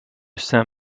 saint